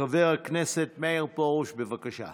חבר הכנסת מאיר פרוש, בבקשה.